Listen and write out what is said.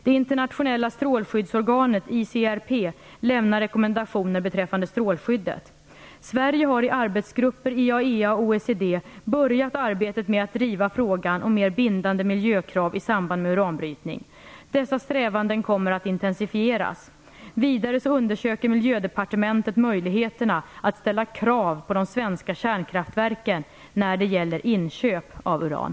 Det internationella strålskyddsorganet, ICRP, lämnar rekommendationer beträffande strålskyddet. Sverige har i arbetsgrupper i IAEA och OECD börjat arbetet med att driva frågan om mer bindande miljökrav i samband med uranbrytning. Dessa strävanden kommer att intensifieras. Vidare så undersöker Miljödepartementet möjligheterna att ställa krav på de svenska kärnkraftverken när det gäller inköp av uran.